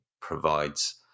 provides